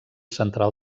central